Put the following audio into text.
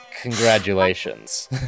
Congratulations